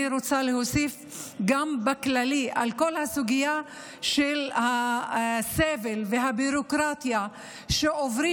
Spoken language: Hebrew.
להוסיף גם באופן כללי על כל הסוגיה של הסבל והביורוקרטיה שעוברים